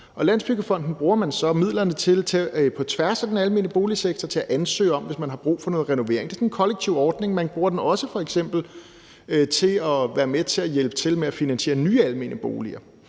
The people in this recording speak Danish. Landsbyggefonden bruger man så midlerne på tværs af den almene boligsektor, som kan ansøge, hvis man har brug for noget renovering. Det er sådan en kollektiv ordning. Man bruger den også til f.eks. at være med til at finansiere nye almene boliger.